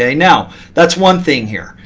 ah now that's one thing here.